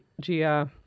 Gia